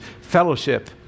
fellowship